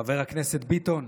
חבר הכנסת ביטון.